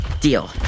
Deal